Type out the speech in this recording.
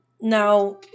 Now